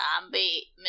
zombie